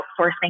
outsourcing